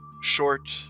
short